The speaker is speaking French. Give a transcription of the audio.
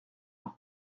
vous